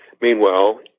Meanwhile